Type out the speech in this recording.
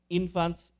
infants